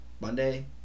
Monday